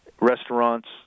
restaurants